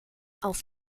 auf